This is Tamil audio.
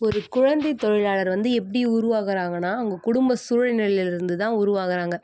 ஒரு குழந்தை தொழிலாளர் வந்து எப்படி உருவாகிறாங்கனா அவங்க குடும்ப சூழ்நிலையிலேருந்து தான் உருவாகிறாங்க